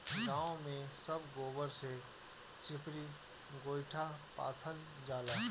गांव में सब गोबर से चिपरी गोइठा पाथल जाला